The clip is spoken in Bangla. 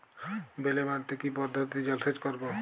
বেলে মাটিতে কি পদ্ধতিতে জলসেচ করব?